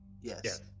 Yes